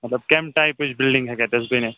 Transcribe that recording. مطلب کَمہِ ٹایپٕچ بِلڈِنٛگ ہیٚکہِ اَتتھس بٔنِتھ